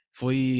foi